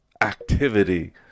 activity